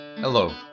Hello